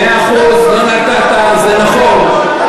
מאה אחוז, לא נתת, זה נכון.